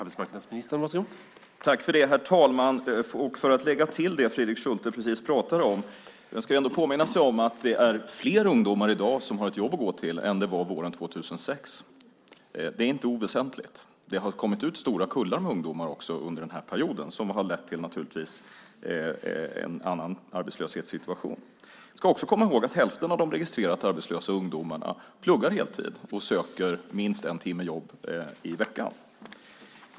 Herr talman! Låt mig lägga till något till vad Fredrik Schulte precis pratade om. Vi ska ändå påminna oss om att det är fler ungdomar i dag som har ett jobb att gå till än det var våren 2006. Det är inte oväsentligt. Det har kommit ut stora kullar ungdomar under den här perioden, som har lett till en annan arbetslöshetssituation. Vi ska också komma ihåg att hälften av de registrerat arbetslösa ungdomarna pluggar heltid och söker minst en timmes jobb i veckan.